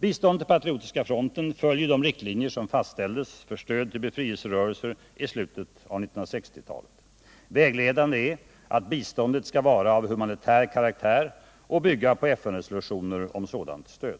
Biståndet till Patriotiska fronten följer de riktlinjer som fastställdes för stöd till befrielserörelser i slutet av 1960-talet. Vägledande är att biståndet skall vara av humanitär karaktär och bygga på FN-resolutioner om sådant stöd.